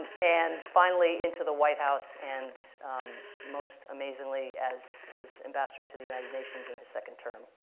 and and finally into the white house, and most amazingly, as his ambassador to the united nations in his second term.